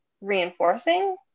reinforcing